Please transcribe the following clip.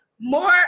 More